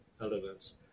elements